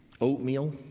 oatmeal